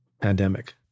pandemic